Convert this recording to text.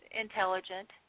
intelligent